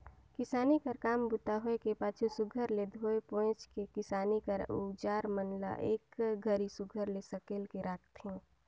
किसानी कर काम बूता होए कर पाछू सुग्घर ले धोए पोएछ के किसानी कर अउजार मन ल एक घरी सुघर ले सकेल के राखथे